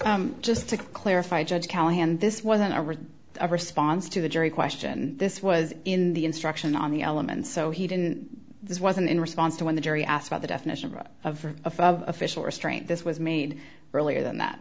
you just to clarify judge callahan this wasn't a response to the jury question this was in the instruction on the elements so he didn't this wasn't in response to when the jury asked about the definition of a five official restraint this was made earlier than that